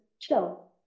chill